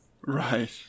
right